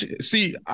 See